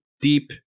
deep